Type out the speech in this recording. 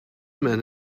men